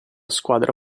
squadra